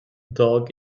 dog